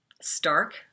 stark